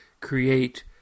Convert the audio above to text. create